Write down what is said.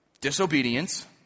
disobedience